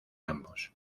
ambos